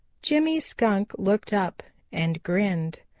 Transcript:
jimmy skunk looked up and grinned.